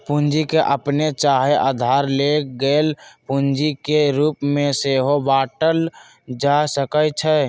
पूंजी के अप्पने चाहे उधार लेल गेल पूंजी के रूप में सेहो बाटल जा सकइ छइ